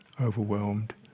overwhelmed